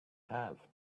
have